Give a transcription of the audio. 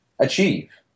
achieve